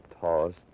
tossed